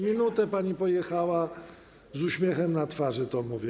Minutę pani pojechała - z uśmiechem na twarzy to mówię.